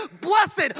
blessed